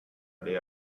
aller